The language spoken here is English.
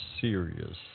serious